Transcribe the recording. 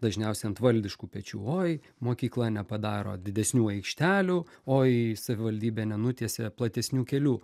dažniausiai ant valdiškų pečių oi mokykla nepadaro didesnių aikštelių oi savivaldybė nenutiesia platesnių kelių